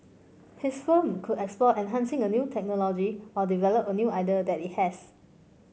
his firm could explore enhancing a new technology or develop a new idea that it has